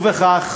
ובכך